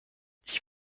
ich